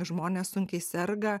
žmonės sunkiai serga